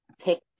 pick